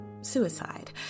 suicide